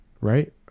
right